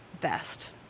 Best